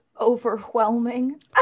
overwhelming